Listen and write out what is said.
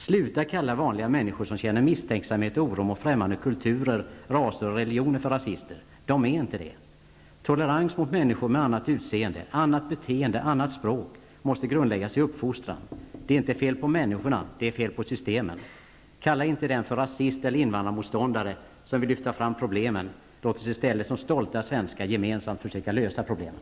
Sluta kalla vanliga människor som känner misstänksamhet och oro mot främmande kulturer, raser och religioner för rasister. De är inte det. Tolerans mot människor med annat utseende, annat beteende och annat språk måste grundläggas i uppfostran. Det är inte fel på människorna. Det är fel på systemen. Kalla inte den för rasist eller invandrarmotståndare som vill lyfta fram problemen. Låt oss i stället som stolta svenskar gemensamt försöka lösa problemen.